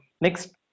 next